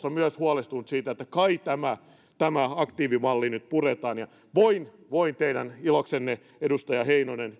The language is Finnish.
on myös huolestunut siitä että kai tämä tämä aktiivimalli nyt puretaan ja voin teidän iloksenne edustaja heinonen